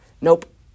Nope